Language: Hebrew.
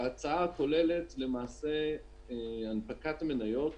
ההצעה כוללת הנפקת מניות